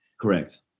Correct